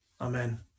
Amen